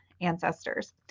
ancestors